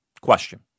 Question